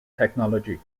technology